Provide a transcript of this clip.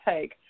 take